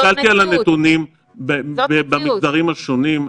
אני הסתכלתי על הנתונים במגזרים השונים.